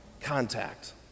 contact